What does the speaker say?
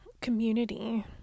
community